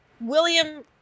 William